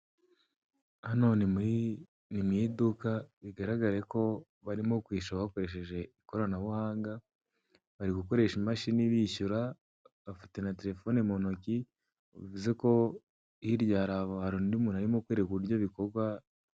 Hano ni mu iduka bigaragareko barimo kwishyura bakoresheje ikoranabuhanga, bari gukoresha imashini bishyura bafite na terefone mu ntoki, uretseko hirya hari undi muntu urimo kubereka uko bikorwa,